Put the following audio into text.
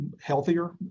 healthier